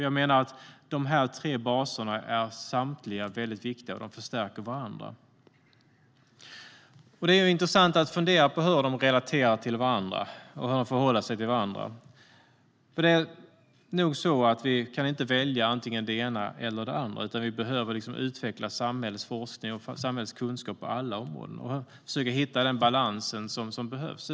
Jag menar att samtliga dessa tre baser är väldigt viktiga och förstärker varandra. Det är intressant att fundera på hur de relaterar till varandra och hur de förhåller sig till varandra. Vi kan nog inte välja det ena eller det andra, utan vi behöver utveckla samhällets forskning och samhällets kunskap på alla områden och försöka hitta den balans som behövs.